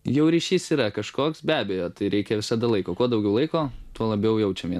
jau ryšys yra kažkoks be abejo tai reikia visada laiko kuo daugiau laiko tuo labiau jaučiame vie